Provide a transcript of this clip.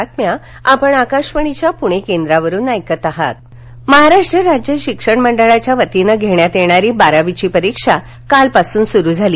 बारावी परीक्षा महाराष्ट्र राज्य शिक्षण मंडळाच्या वतीनं घेण्यात येणारी बारावीची परीक्षा कालपासून सुरू झाली